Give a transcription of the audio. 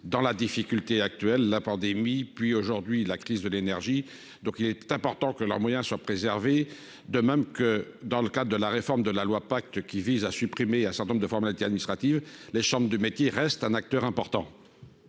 dans la difficulté actuelle la pandémie puis aujourd'hui la crise de l'énergie, donc il est important que leurs moyens soient préservés, de même que dans le cadre de la réforme de la loi, pacte qui vise à supprimer un certain nombre de formalités administratives, les chambres de métiers, reste un acteur important.